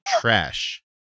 trash